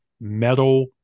metal